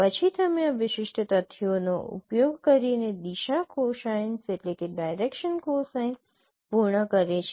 પછી તમે આ વિશિષ્ટ તથ્યોનો ઉપયોગ કરીને દિશા કોસાઈન્સ પૂર્ણ કરે છે